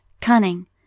cunning